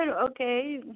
okay